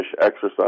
exercise